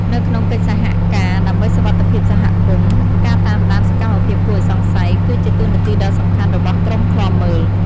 នៅក្នុងកិច្ចសហការដើម្បីសុវត្ថិភាពសហគមន៍ ការតាមដានសកម្មភាពគួរឱ្យសង្ស័យ គឺជាតួនាទីដ៏សំខាន់របស់ក្រុមឃ្លាំមើល។